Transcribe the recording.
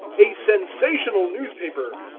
a sensational newspaper.